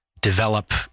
develop